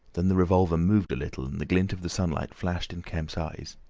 then the revolver moved a little and the glint of the sunlight flashed in kemp's eyes.